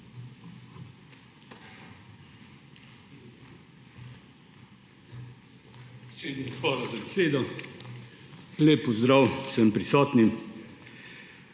Hvala